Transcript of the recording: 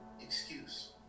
excuse